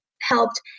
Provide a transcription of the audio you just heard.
helped